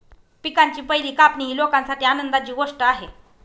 पिकांची पहिली कापणी ही लोकांसाठी आनंदाची गोष्ट आहे